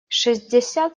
шестьдесят